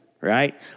right